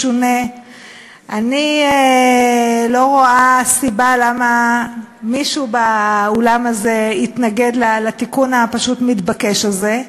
אני לא רואה סיבה למישהו באולם הזה להתנגד לתיקון הפשוט-מתבקש הזה,